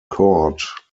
court